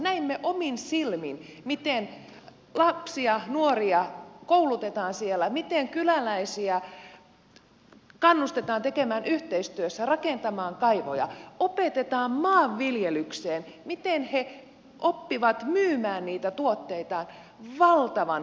näimme omin silmin miten lapsia nuoria koulutetaan siellä miten kyläläisiä kannustetaan tekemään yhteistyötä rakentamaan kaivoja opetetaan maanviljelykseen miten he oppivat myymään niitä tuotteitaan valtavan hyvää toimintaa